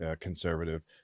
conservative